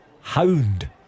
Hound